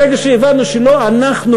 ברגע שהבנו שלא אנחנו,